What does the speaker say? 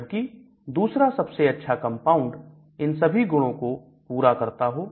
जबकि दूसरा सबसे अच्छा कंपाउंड इन सब गुणों को पूरा करता हो